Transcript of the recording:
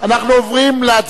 אנחנו עוברים להצבעה.